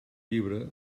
llibre